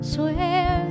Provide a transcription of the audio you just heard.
Swear